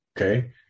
okay